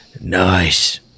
Nice